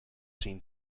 seen